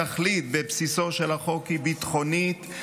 התכלית בבסיסו של החוק היא ביטחונית,